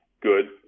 good